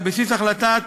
על-בסיס החלטת